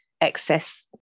excess